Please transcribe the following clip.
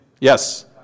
Yes